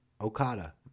Okada